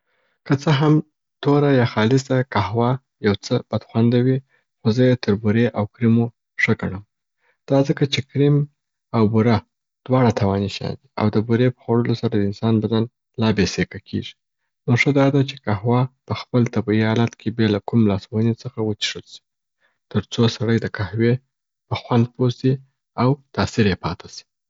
که څه هم توره یا خالصه قهوه یو څه بدخونده وي، خو زه یې تر بورې او کریمو ښه ګڼم. دا ځکه چې کریم او بوره دواړه تاواني شیان دي او د بورې په خوړلو سره د انسان بدن لا بې سیقه کیږی. نو ښه دا ده چې قهوه په خپل طبعی حالت کې بیله کوم لاسوهني څخه وڅښل سي تر څو سړی د قهوي په خوند پوه سي او تاثیر یې پاته سي.